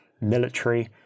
military